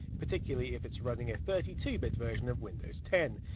particularly if it's running a thirty two bit version of windows ten.